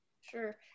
Sure